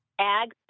ag